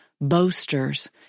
boasters